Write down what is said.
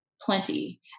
plenty